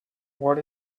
what